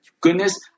goodness